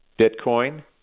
Bitcoin